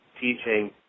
teaching